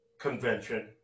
Convention